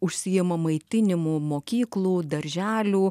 užsiima maitinimu mokyklų darželių